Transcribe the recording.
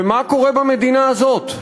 ומה קורה במדינה הזאת?